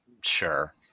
Sure